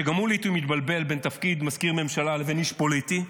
שגם הוא לעיתים מתבלבל בין תפקיד מזכיר ממשלה לבין איש פוליטי,